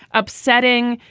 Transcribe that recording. upsetting,